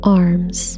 arms